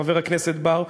חבר הכנסת בר,